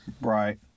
right